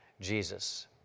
Jesus